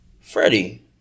Freddie